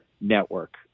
network